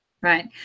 Right